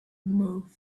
move